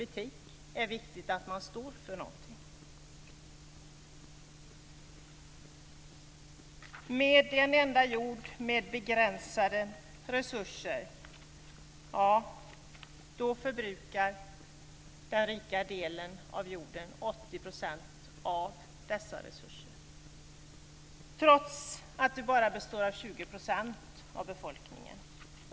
Det är viktigt att stå för någonting i politik. På denna enda jord med begränsade resurser förbrukar den rika delen av jorden, 20 % av befolkningen, 80 % av dessa resurser.